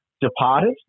departed